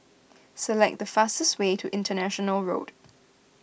select the fastest way to International Road